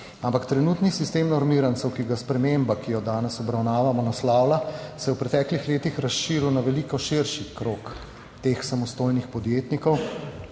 ampak trenutni sistem normirancev, ki ga sprememba, ki jo danes obravnavamo, naslavlja, se je v preteklih letih razširil na veliko širši krog teh samostojnih podjetnikov,